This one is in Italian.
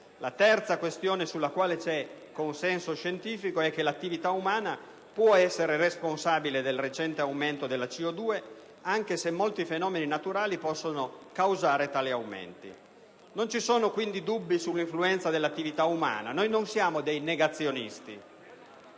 La terza questione sulla quale c'è consenso scientifico è che l'attività umana può essere responsabile del recente aumento della CO2, anche se molti fenomeni naturali possono causare tali aumenti. Non ci sono quindi dubbi sull'influenza dell'attività umana; noi non siamo dei negazionisti.